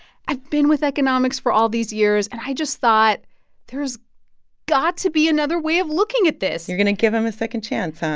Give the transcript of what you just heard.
i've been with economics for all these years. and i just thought there's got to be another way of looking at this you're going to give them a second chance, huh?